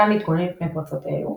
ניתן להתגונן מפני פרצות אלו